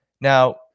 Now